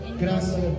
Gracias